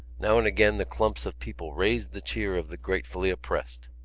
now and again the clumps of people raised the cheer of the gratefully oppressed.